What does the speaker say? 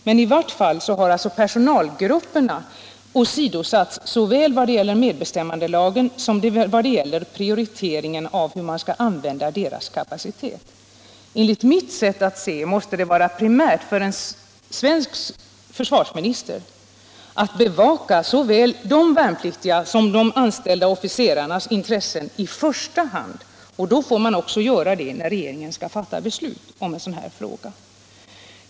Men i varje fall har personalgrupperna åsidosatts såväl i vad det gäller medbestämmandelagen som i vad det gäller prioriteringen av hur man skall använda personalgruppernas kapacitet. Enligt mitt sätt att se måste det vara primärt för en svensk försvarsminister att bevaka såväl de värnpliktigas som de anställda officerarnas intressen i första hand, och då får man också göra det när regeringen skall fatta beslut i en sådan här fråga.